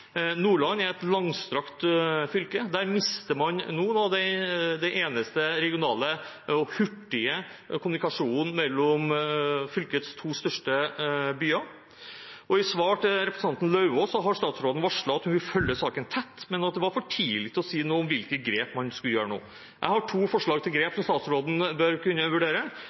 Nordland er et langstrakt fylke. Der mister man nå den eneste regionale og hurtige kommunikasjonen mellom to av fylkets største byer. I svar til representanten Lauvås har statsråden varslet at hun vil følge saken tett, men at det var for tidlig å si noe om hvilke grep man skulle gjøre nå. Jeg har to forslag til grep som statsråden bør kunne vurdere: